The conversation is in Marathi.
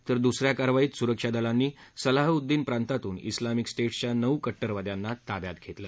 तर दुसऱ्या कारवाईत सुरक्षा दलांनी सलाहउद्दीन प्रांतातून इस्लामिक स्टा ि ्झेच्या नऊ कट्टरवाद्यांना ताब्यात घेतलं